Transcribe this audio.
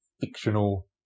fictional